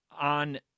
on